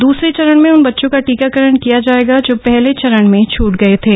दुसरे चरण में उन बच्चों का टीकाकरण किया जाएगा जो पहले चरण में छूट गए थे